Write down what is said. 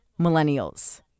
millennials